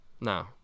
No